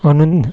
म्हणून